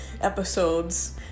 episodes